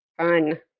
Fun